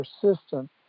persistent